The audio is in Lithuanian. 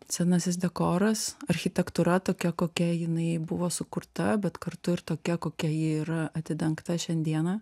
senasis dekoras architektūra tokia kokia jinai buvo sukurta bet kartu ir tokia kokia ji yra atidengta šiandieną